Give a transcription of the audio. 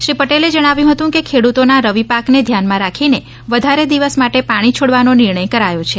શ્રી પટેલે જણાવ્યું હતું કે ખેડૂતોના રવિ પાકને ધ્યાનમાં રાખીને વધારે દિવસ માટે પાણી છોડવાનો નિર્ણય કરાયો છે